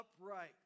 upright